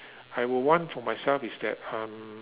I will want for myself is that um